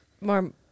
More